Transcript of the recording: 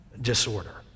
disorder